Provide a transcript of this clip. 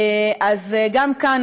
גם כאן,